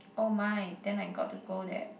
!oh my! then I got to go there